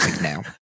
now